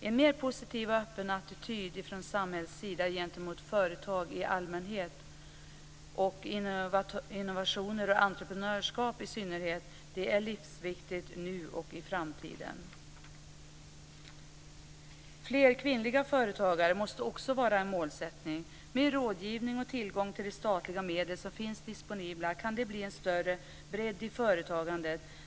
En mer positiv och öppen attityd från samhällets sida gentemot företag i allmänhet och innovationer och entreprenörskap i synnerhet är livsviktigt nu och i framtiden. Fler kvinnliga företagare måste också vara en målsättning. Med rådgivning och tillgång till de statliga medel som finns disponibla kan det bli en större bredd i företagandet.